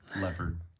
leopard